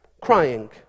crying